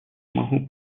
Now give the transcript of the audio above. могу